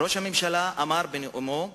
ראש הממשלה אמר בנאומו הראשון,